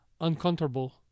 uncomfortable